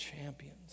champions